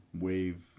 wave